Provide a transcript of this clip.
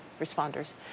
responders